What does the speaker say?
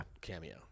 Cameo